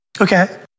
Okay